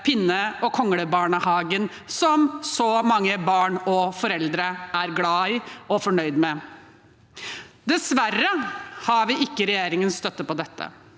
pinne- og konglebarnehagen, som så mange barn og foreldre er glad i og fornøyd med. Dessverre har vi ikke regjeringens støtte på dette,